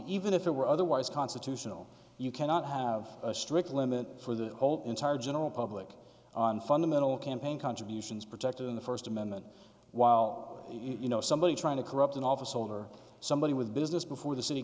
even if it were otherwise constitutional you cannot have a strict limit for the entire general public on fundamental campaign contributions protected in the first amendment while you know somebody trying to corrupt an officeholder somebody with business before the city